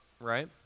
right